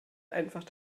einfach